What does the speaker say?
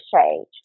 change